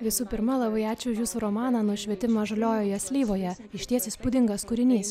visų pirma labai ačiū už jūsų romaną nušvietimą žaliojoje slyvoje išties įspūdingas kūrinys